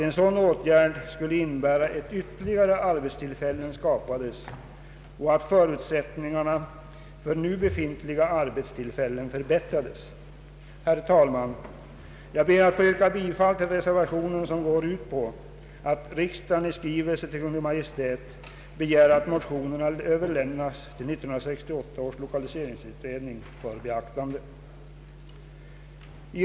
En sådan åtgärd skulle innebära att ytterligare arbetstillfällen skapades och att förutsättningarna för nu befintliga arbetstillfällen förbättrades. Herr talman! Jag ber att få yrka bifall till reservation nr 1, som går ut på att riksdagen i skrivelse till Kungl. Maj:t begär att motionerna överlämnas till 1968 års lokaliseringsutredning för beaktande.